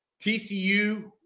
TCU